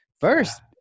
first